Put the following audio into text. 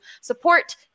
support